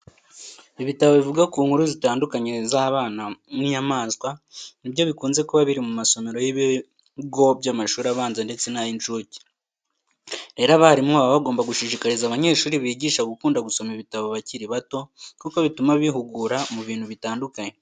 Ibitabo bivuga ku nkuru zitandukanye z'abana n'inyamaswa ni byo bikunze kuba biri mu masomero y'ibigo by'amashuri abanza ndetse n'ay'incuke. Rero abarimu baba bagomba gushishikariza abanyeshuri bigisha gukunda gusoma ibitabo bakiri bato kuko bituma bihugura mu bintu bitandukanye.